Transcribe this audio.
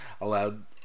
allowed